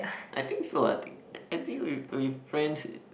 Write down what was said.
I think so eh I think I think with with friends